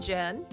Jen